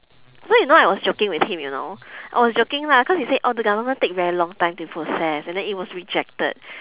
so you know I was joking with him you know I was joking lah cause he said oh the government take very long time to process and then it was rejected